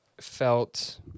felt